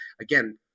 again